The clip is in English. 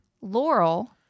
Laurel